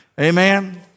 Amen